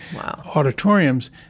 auditoriums